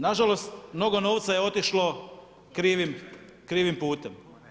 Na žalost mnogo novca je otišlo krivim putem.